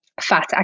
fat